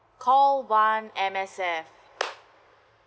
call one M_S_F